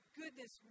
goodness